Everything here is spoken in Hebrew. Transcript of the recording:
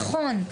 נכון,